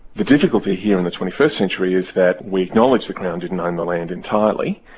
the difficulty here in the twenty first century is that we acknowledge the crown didn't own the land entirely,